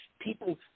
People